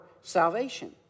salvation